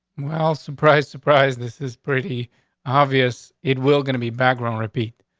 well, surprise, surprise. this is pretty obvious. it will gonna be background. repeat.